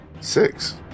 Six